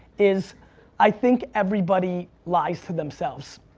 is i think everybody lies to themselves.